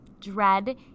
dread